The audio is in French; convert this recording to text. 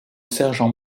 sergent